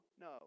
no